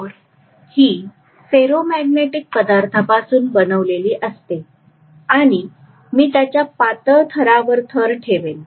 core ही ferromagnetic पदार्थापासून बनवलेली असते आणि मी त्याच्या पातळ थरावर थर ठेवेल